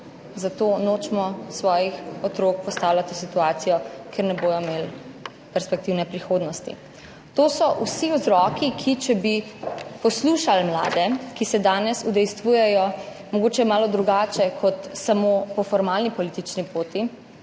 zato nočemo svojih otrok postavljati v situacijo, kjer ne bodo imeli perspektivne prihodnosti. Če bi poslušali mlade, so to vsi vzroki, ki se danes udejstvujejo mogoče malo drugače kot samo po formalni politični poti,